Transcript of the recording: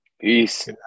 Peace